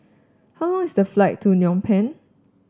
how long is the flight to Phnom Penh